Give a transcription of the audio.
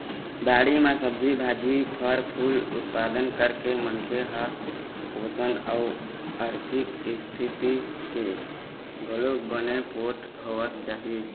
बाड़ी म सब्जी भाजी, फर फूल के उत्पादन करके मनखे ह पोसन अउ आरथिक इस्थिति ले घलोक बने पोठ होवत जाही